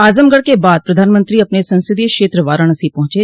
आजमगढ़ के बाद प्रधानमंत्री अपने संसदीय क्षेत्र वाराणसी पहंचे